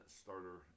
starter